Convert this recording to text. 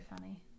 funny